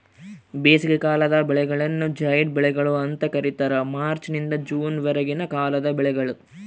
ಬೇಸಿಗೆಕಾಲದ ಬೆಳೆಗಳನ್ನು ಜೈಡ್ ಬೆಳೆಗಳು ಅಂತ ಕರೀತಾರ ಮಾರ್ಚ್ ನಿಂದ ಜೂನ್ ವರೆಗಿನ ಕಾಲದ ಬೆಳೆಗಳು